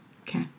okay